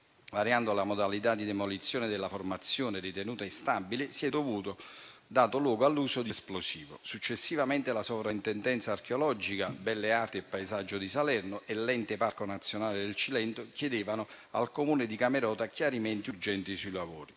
variando le modalità di demolizione delle formazioni ritenute instabili, si è dato luogo all'uso di esplosivi; successivamente, la Soprintendenza archeologia, belle arti e paesaggio di Salerno e l'ente Parco nazionale del Cilento chiedevano al Comune di Camerota chiarimenti urgenti sui lavori.